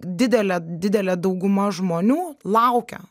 didelė didelė dauguma žmonių laukia